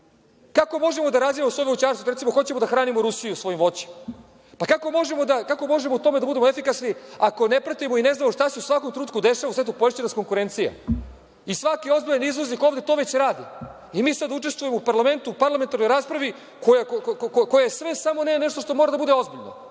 Kako možemo da razvijamo svoje voćarstvo, da, recimo, hoćemo da hranimo Rusiju svojim voćem? Kako možemo u tome da budemo efikasni ako ne pratimo i ne znamo šta se u svakom trenutku dešava u svetu? Poješće nas konkurencija. Svaki ozbiljan izvoznik ovde to već radi. Mi sad učestvujemo u parlamentarnoj raspravi, koja je sve, samo ne nešto što mora da bude ozbiljno.